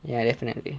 ya definitely